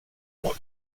what